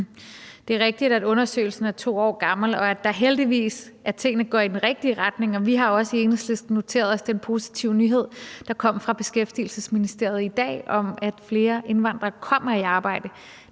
Det er rigtigt, at undersøgelsen er 2 år gammel, og at tingene heldigvis går i den rigtige retning. Vi har også i Enhedslisten noteret os den positive nyhed, der kom fra Beskæftigelsesministeriet i dag, om, at flere indvandrere kommer i arbejde.